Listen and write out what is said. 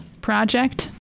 project